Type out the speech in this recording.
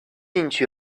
进去